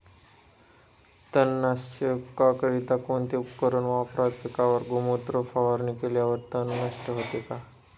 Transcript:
तणनाशकाकरिता कोणते उपकरण वापरावे? पिकावर गोमूत्र फवारणी केल्यावर तण नष्ट होते का?